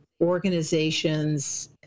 organizations